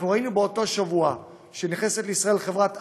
ראינו שבאותו שבוע נכנסת לישראל חברת אמזון,